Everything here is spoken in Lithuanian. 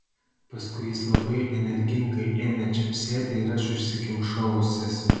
paskui jis labai energingai ėmė čepsėti ir aš užsikimšau ausis